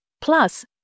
Plus